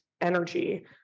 energy